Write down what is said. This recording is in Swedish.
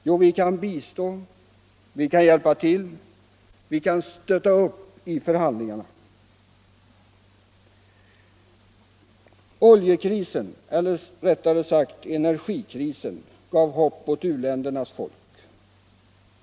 Jo, vi kan bistå, hjälpa till, stötta upp i förhandlingarna. Oljekrisen, eller rättare sagt energikrisen, gav hopp åt u-ländernas folk.